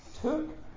took